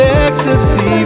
ecstasy